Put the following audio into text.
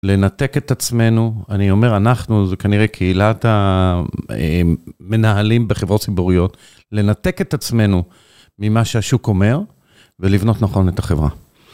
לנתק את עצמנו, אני אומר אנחנו, זה כנראה קהילת המנהלים בחברות ציבוריות, לנתק את עצמנו ממה שהשוק אומר ולבנות נכון את החברה.